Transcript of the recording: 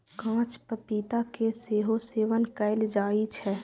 कांच पपीता के सेहो सेवन कैल जाइ छै